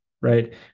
right